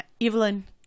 Evelyn